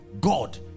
God